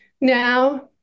now